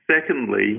Secondly